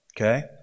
Okay